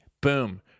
Boom